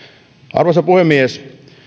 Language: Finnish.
arvoisa puhemies